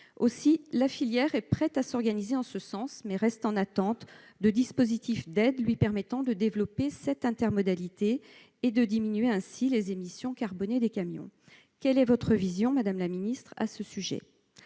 Aussi, la filière est prête à s'organiser en ce sens, mais elle attend des dispositifs d'aide lui permettant de développer cette intermodalité et de diminuer ainsi les émissions carbonées des camions. Madame la secrétaire d'État, quelle est votre vision à ce sujet ?